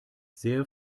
sehr